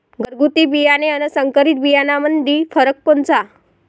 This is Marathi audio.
घरगुती बियाणे अन संकरीत बियाणामंदी फरक कोनचा?